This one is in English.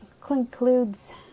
concludes